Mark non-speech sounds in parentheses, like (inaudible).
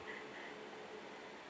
(breath)